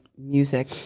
music